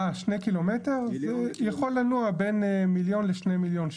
2 קילומטר זה יכול לנוע בין מיליון ל-2 מיליון שקל.